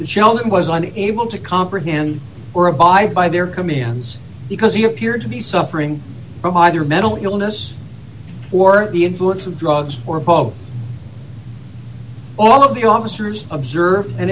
shellac was on able to comprehend or abide by their commands because he appeared to be suffering from either mental illness or the influence of drugs or both all of the officers observed and